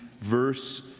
verse